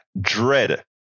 dread